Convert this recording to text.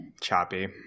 choppy